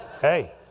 hey